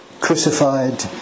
crucified